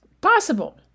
possible